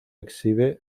exhibe